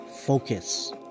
Focus